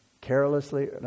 carelessly